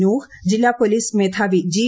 നൂഹ് ജില്ലാ പൊലീസ് മേധാവി ജി